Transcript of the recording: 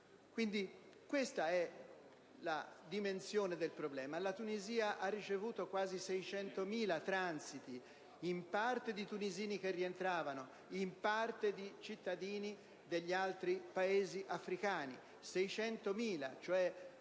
questa è la dimensione del problema: la Tunisia ha ricevuto quasi 600.000 transiti, in parte di tunisini che rientravano, in parte di cittadini degli altri Paesi africani;